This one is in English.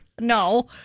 no